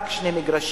רק שני מגרשים,